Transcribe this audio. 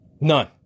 None